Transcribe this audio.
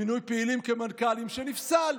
מינוי פעילים למנכ"לים שנפסל,